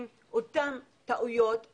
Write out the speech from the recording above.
יש חריגות גם בחיפה.